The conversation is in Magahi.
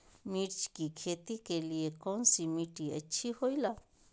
मिर्च की खेती के लिए कौन सी मिट्टी अच्छी होईला?